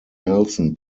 nelson